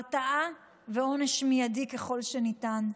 הרתעה ועונש מיידי ככל שניתן.